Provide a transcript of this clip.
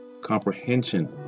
comprehension